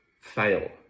fail